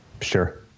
sure